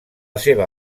seva